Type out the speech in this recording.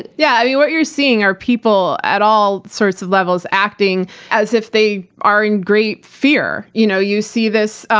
yeah, i mean, what you're seeing are people at all sorts of levels acting as if they are in great fear. you know you see this,